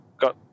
got